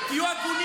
אתה שקרן,